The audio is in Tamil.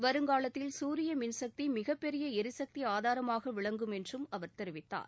வருங்காலத்தில் சூரிய மின்சக்தி மிகப்பெரிய எரிசக்தி ஆதாரமாக விளங்கும் என்றும் அவர் தெரிவித்தார்